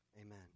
Amen